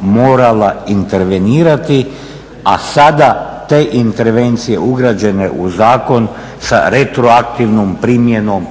morala intervenirati, a sada te intervencije ugrađene u zakon sa retroaktivnom primjenom